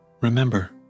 Remember